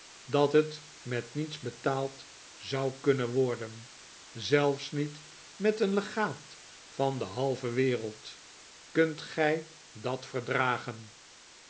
dat het met niets betaald zou kunnen worden zelfs niet met een legaat van de halve wereld kunt gij dat verdragen